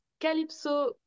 Calypso